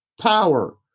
power